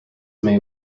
may